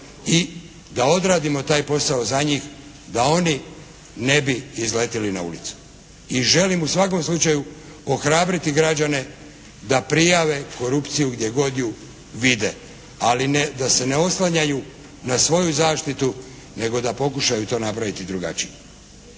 i da odradimo taj posao za njih da oni ne bi izletjeli na ulicu. I želim u svakom slučaju ohrabriti građane da prijave korupciju gdje god vide. Ali da se ne oslanjaju na svoju zaštitu nego da pokušaju to napraviti drugačije.